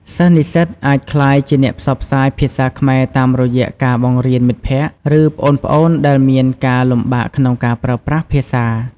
សិស្សនិស្សិតអាចក្លាយជាអ្នកផ្សព្វផ្សាយភាសាខ្មែរតាមរយៈការបង្រៀនមិត្តភក្តិ ឬប្អូនៗដែលមានការលំបាកក្នុងការប្រើប្រាស់ភាសា។